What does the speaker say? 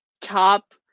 top